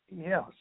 Yes